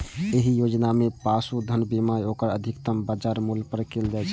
एहि योजना मे पशुधनक बीमा ओकर अधिकतम बाजार मूल्य पर कैल जाइ छै